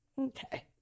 Okay